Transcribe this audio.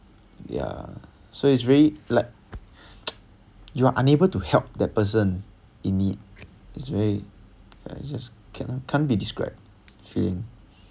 ya so it's really like you're unable to help that person in need is very I just cannot can't be described feeling